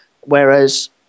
Whereas